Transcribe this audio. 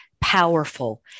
powerful